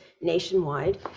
nationwide